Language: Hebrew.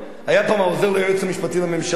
היה פעם העוזר ליועץ המשפטי לממשלה.